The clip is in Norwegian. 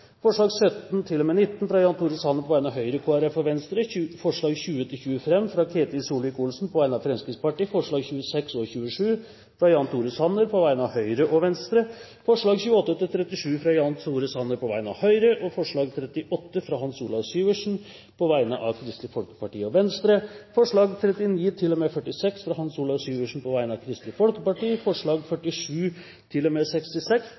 forslag nr. 16, fra Ketil Solvik-Olsen på vegne av Fremskrittspartiet og Kristelig Folkeparti forslagene nr. 17–19, fra Jan Tore Sanner på vegne av Høyre, Kristelig Folkeparti og Venstre forslagene nr. 20–25, fra Ketil Solvik-Olsen på vegne av Fremskrittspartiet forslagene nr. 26 og 27, fra Jan Tore Sanner på vegne av Høyre og Venstre forslagene nr. 28–37, fra Jan Tore Sanner på vegne av Høyre forslag nr. 38, fra Hans Olav Syversen på vegne av Kristelig Folkeparti og Venstre forslagene nr. 39–46, fra Hans Olav Syversen på vegne av Kristelig Folkeparti